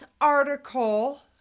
article